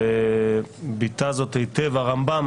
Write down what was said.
וביטא זאת היטב הרמב"ם